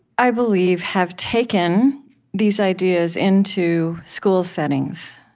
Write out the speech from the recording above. i believe, have taken these ideas into school settings,